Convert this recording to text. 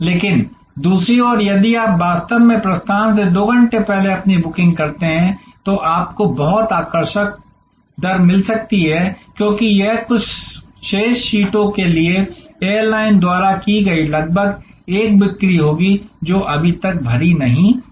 लेकिन दूसरी ओर यदि आप वास्तव में प्रस्थान से 2 घंटे पहले अपनी बुकिंग करते हैं तो आपको बहुत आकर्षक दर मिल सकती है क्योंकि यह कुछ शेष सीटों के लिए एयर लाइन्स द्वारा शुरू की गई लगभग एक बिक्री होगी जो अभी तक भरी नहीं गई हैं